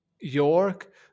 York